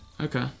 Okay